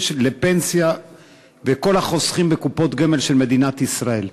לפנסיה וכל החוסכים בקופות גמל של מדינת ישראל.